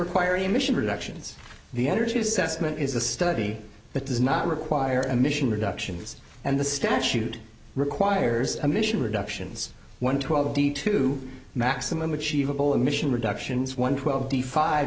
require any emission reductions the energy assessment is a study that does not require emission reductions and the statute requires emission reductions one twelve d two maximum achievable emission reductions one twelve d five